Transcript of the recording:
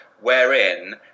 wherein